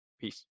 Peace